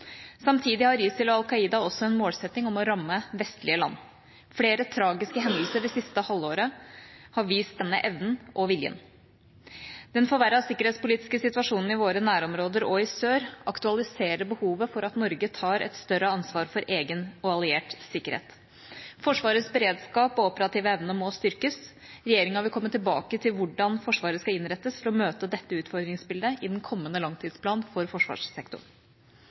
Samtidig har ISIL og Al Qaida også en målsetting om å ramme vestlige land. Flere tragiske hendelser det siste halvåret har vist denne evnen og viljen. Den forverrede sikkerhetspolitiske situasjonen i våre nærområder og i sør aktualiserer behovet for at Norge tar et større ansvar for egen og alliert sikkerhet. Forsvarets beredskap og operative evne må styrkes. Regjeringa vil komme tilbake til hvordan Forsvaret skal innrettes for å møte dette utfordringsbildet i den kommende langtidsplanen for forsvarssektoren.